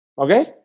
Okay